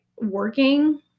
working